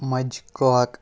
مَجہِ کاک